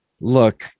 look